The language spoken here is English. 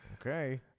Okay